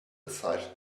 aside